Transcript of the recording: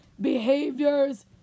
behaviors